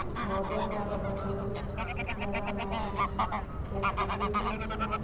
ঘৰতে খোৱাৰ লগতেও কেতিয়াবা মই কেক বিক্ৰীও কৰিছিলোঁ